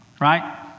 Right